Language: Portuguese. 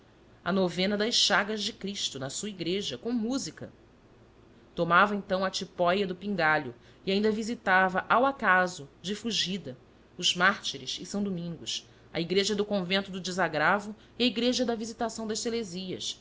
à novena das chagas de cristo na sua igreja com música tomava então a tipóia do pingalho e ainda visitava ao acaso de fugida os mártires e são domingos a igreja do convento do desagravo e a igreja da visitação das